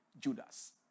judas